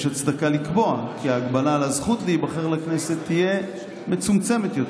יש הצדקה לקבוע כי ההגבלה על הזכות להיבחר לכנסת תהיה מצומצמת יותר,